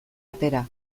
atera